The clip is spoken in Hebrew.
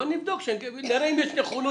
בואי נבדוק ונראה אם בכלל יש נכונות